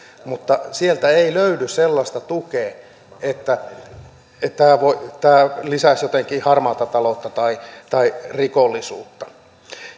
mutta sieltä ei löydy sellaista tukea sille että tämä lisäisi jotenkin harmaata taloutta tai tai rikollisuutta